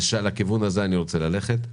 לכיוון הזה אני רוצה ללכת.